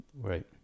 Right